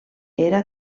era